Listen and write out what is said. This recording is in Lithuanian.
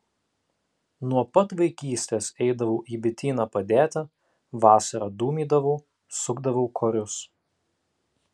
nuo pat vaikystės eidavau į bityną padėti vasarą dūmydavau sukdavau korius